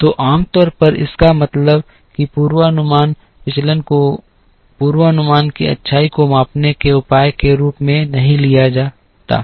तो आमतौर पर इसका मतलब यह है कि पूर्वानुमान विचलन को पूर्वानुमान की अच्छाई को मापने के उपाय के रूप में नहीं लिया जाता है